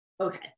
Okay